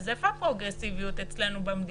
אז איפה הפרוגרסיביות אצלנו במדינה?